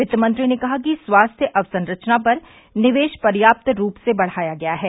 वित्तमंत्री ने कहा कि स्वास्थ्य अवसंरचना पर निवेश पर्याप्त रूप से बढ़ाया गया है